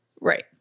Right